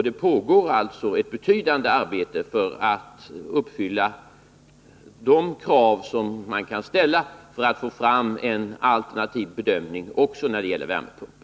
Det pågår alltså ett betydande arbete för att uppfylla de krav som kan ställas för att få fram en alternativ bedömning också när det gäller värmepumpar.